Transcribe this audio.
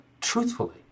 truthfully